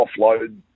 offload